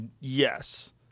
Yes